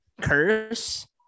curse